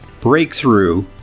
Breakthrough